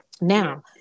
Now